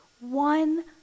One